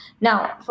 Now